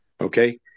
Okay